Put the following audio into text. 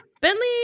Bentley